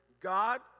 God